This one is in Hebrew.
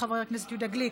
חבר הכנסת יואב קיש,